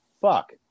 fuck